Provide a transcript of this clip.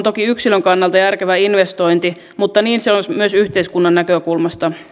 toki yksilön kannalta järkevä investointi mutta niin se on myös yhteiskunnan näkökulmasta